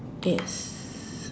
yes